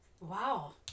Wow